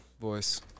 voice